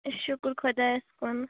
شُکُر خۄدایَس کُن